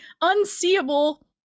unseeable